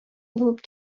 булып